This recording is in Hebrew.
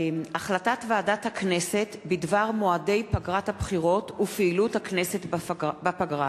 החלטת ועדת הכנסת בדבר מועדי פגרת הבחירות ופעילות הכנסת בפגרה.